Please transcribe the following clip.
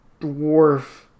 dwarf